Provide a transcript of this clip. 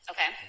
Okay